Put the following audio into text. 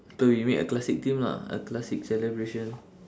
so we make a classic theme lah a classic celebration